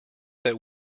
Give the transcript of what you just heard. that